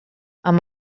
amb